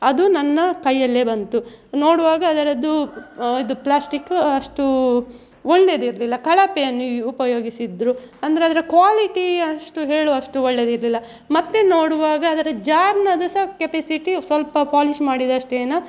ಅದು ನನ್ನ ಕೈಯ್ಯಲ್ಲೇ ಬಂತು ನೋಡುವಾಗ ಅದರದ್ದು ಇದು ಪ್ಲಾಸ್ಟಿಕ್ ಅಷ್ಟು ಒಳ್ಳೆಯದಿರ್ಲಿಲ್ಲ ಕಳಪೆಯನ್ನು ಉಪಯೋಗಿಸಿದರು ಅಂದರೆ ಅದರ ಕ್ವಾಲಿಟಿ ಅಷ್ಟು ಹೇಳುವಷ್ಟು ಒಳ್ಳೆಯದಿರ್ಲಿಲ್ಲ ಮತ್ತೆ ನೋಡುವಾಗ ಅದರ ಜ್ಯಾಮ್ನದು ಸಹ ಕೆಪ್ಯಾಸಿಟಿ ಸ್ವಲ್ಪ ಪಾಲಿಶ್ ಮಾಡಿದಷ್ಟೇನು